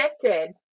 connected